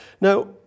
Now